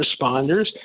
responders